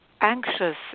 anxious